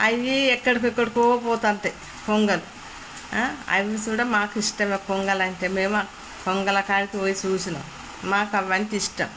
అవి ఎక్కడికెక్కడికో పోతు ఉంటాయి కొంగలు అవి చూడ్డం మాకు ఇష్టమే కొంగలంటే మేము కొంగల కాడికి పోయి చూసాము మాకు అవంటే ఇష్టం